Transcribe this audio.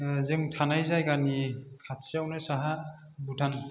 जों थानाय जायगानि खाथियावनो साहा भुटान